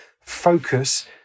focus